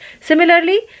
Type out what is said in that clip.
Similarly